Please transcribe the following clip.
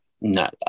no